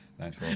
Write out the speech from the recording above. Thanks